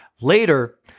Later